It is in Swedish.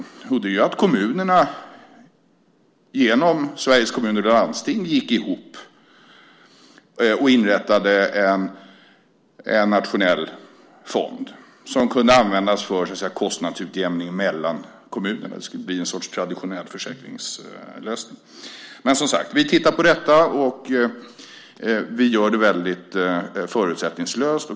Det alternativet är att kommunerna genom Sveriges Kommuner och Landsting gick ihop och inrättade en nationell fond som kunde användas för kostnadsutjämning mellan kommunerna - det skulle bli en sorts traditionell försäkringslösning. Men som sagt: Vi tittar på detta och gör det väldigt förutsättningslöst.